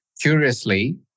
curiously